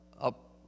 up